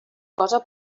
cosa